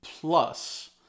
Plus